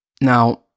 Now